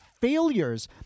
failures